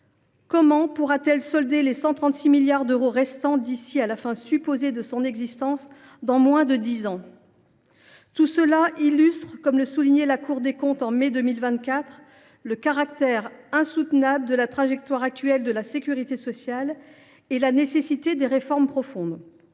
Comment pourra t elle solder les 136 milliards d’euros restants d’ici à la fin supposée de son existence, dans moins de dix ans ? Tout cela illustre, comme le soulignait la Cour des comptes en mai 2024, le « caractère insoutenable de la trajectoire actuelle de la sécurité sociale et la nécessité » de réformes profondes.